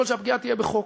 שהפגיעה תהיה בחוק,